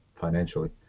financially